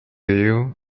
you